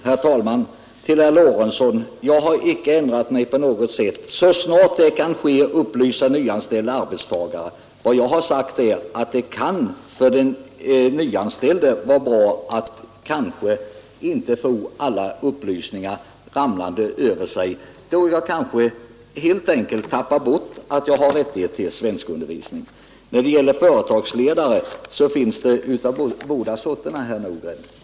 Herr talman! Till herr Lorentzon vill jag säga att jag inte har ändrat mig på något sätt. Nyanställda arbetstagare skall upplysas så snart det kan ske. Jag har sagt att det för den nyanställde kanske kan vara bra att inte få alla upplysningar ramlande över sig omedelbart. Då kan han helt enkelt glömma bort att han har rättighet till svenskundervisning. Företagsledarna finns av båda sorterna, herr Nordgren.